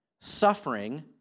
suffering